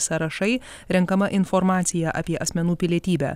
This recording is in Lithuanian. sąrašai renkama informacija apie asmenų pilietybę